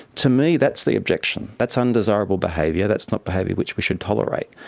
to me, that's the objection. that's undesirable behaviour, that's not behaviour which we should tolerate.